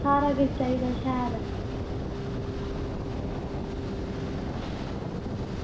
सारा किश चाहिदा शैल